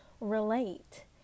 relate